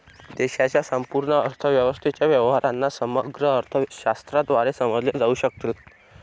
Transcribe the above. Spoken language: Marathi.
देशाच्या संपूर्ण अर्थव्यवस्थेच्या व्यवहारांना समग्र अर्थशास्त्राद्वारे समजले जाऊ शकते